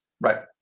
Right